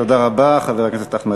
תודה רבה, חבר הכנסת אחמד טיבי.